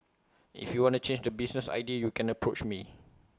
if you wanna change the business idea U can approach me